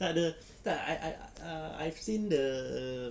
takde tak I I I've seen the